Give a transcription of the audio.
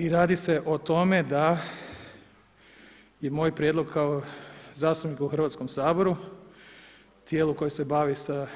I radi se o tome da je moj prijedlog kao zastupnika u Hrvatskom saboru, tijelu koje se bavi sa